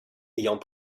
ayant